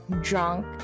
drunk